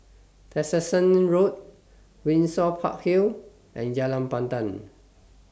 Tessensohn Road Windsor Park Hill and Jalan Pandan